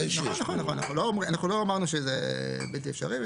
נכון, אנחנו לא אמרנו שזה בלתי אפשרי.